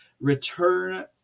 return